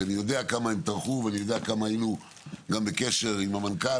כי אני יודע כמה הם טרחו והיינו בקשר עם המנכ"ל